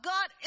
God